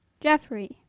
Jeffrey